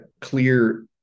clear